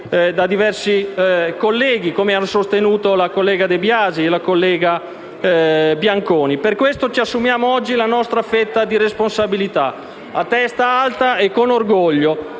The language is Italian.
da diversi colleghi, come sostenuto dalle senatrici De Biasi e Bianconi. Per questo ci assumiamo oggi la nostra fetta di responsabilità, a testa alta e con orgoglio,